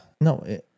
No